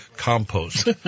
Compost